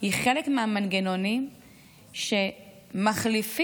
זה חלק מהמנגנונים שמחליפים